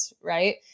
right